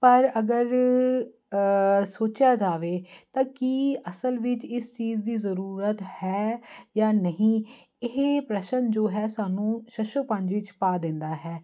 ਪਰ ਅਗਰ ਸੋਚਿਆ ਜਾਵੇ ਤਾਂ ਕੀ ਅਸਲ ਵਿੱਚ ਇਸ ਚੀਜ਼ ਦੀ ਜ਼ਰੂਰਤ ਹੈ ਜਾਂ ਨਹੀਂ ਇਹ ਪ੍ਰਸ਼ਨ ਜੋ ਹੈ ਸਾਨੂੰ ਸ਼ਸ਼ੋਪੰਜ ਵਿੱਚ ਪਾ ਦਿੰਦਾ ਹੈ